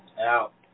Out